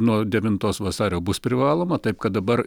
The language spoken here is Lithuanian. nuo devintos vasario bus privaloma taip kad dabar